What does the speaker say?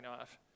off